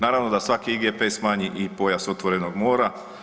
Naravno da svaki IGP smanji i pojas otvorenog mora.